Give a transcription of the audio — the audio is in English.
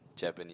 Japanese